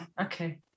okay